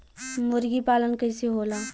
मुर्गी पालन कैसे होला?